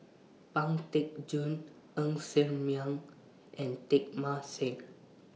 Pang Teck Joon Ng Ser Miang and Teng Mah Seng